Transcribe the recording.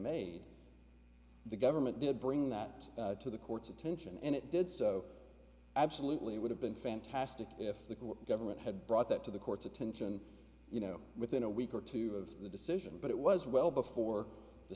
made the government did bring that to the court's attention and it did so absolutely it would have been fantastic if the government had brought that to the court's attention you know within a week or two of the decision but it was well before the